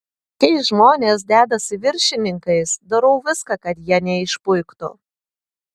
kai žmonės dedasi viršininkais darau viską kad jie neišpuiktų